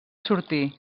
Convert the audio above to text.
sortir